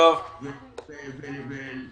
זה מה שאני אומר.